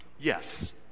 yes